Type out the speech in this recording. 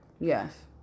Yes